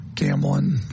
Gambling